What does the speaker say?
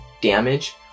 damage